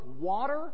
water